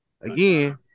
again